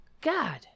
God